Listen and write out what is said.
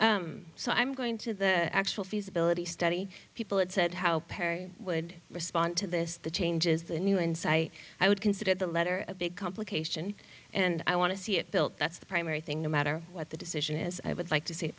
r so i'm going to the actual feasibility study people it said how perry would respond to this the changes the new insight i would consider the letter a big complication and i want to see it built that's the primary thing no matter what the decision is i would like to see it